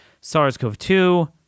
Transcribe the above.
SARS-CoV-2